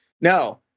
No